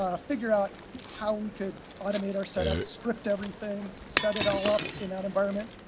ah figure out how we could automate our setup, script everything, set it all up in that environment,